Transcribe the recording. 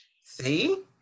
See